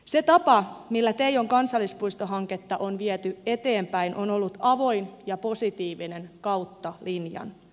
se tapa millä teijon kansallispuistohanketta on viety eteenpäin on ollut avoin ja positiivinen kautta linjan